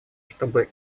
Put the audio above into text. чтобы